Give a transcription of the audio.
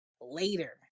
later